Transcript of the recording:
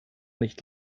nicht